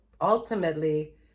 ultimately